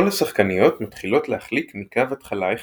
כל השחקניות מתחילות להחליק מקו התחלה אחד.